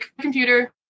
computer